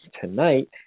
tonight